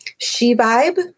SheVibe